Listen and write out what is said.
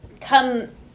come